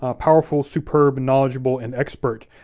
ah powerful, superb, knowledgeable, an expert.